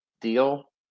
deal